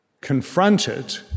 confronted